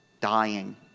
dying